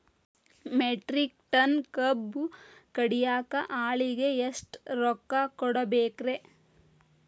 Metric ton ಕಬ್ಬು ಕಡಿಯಾಕ ಆಳಿಗೆ ಎಷ್ಟ ರೊಕ್ಕ ಕೊಡಬೇಕ್ರೇ?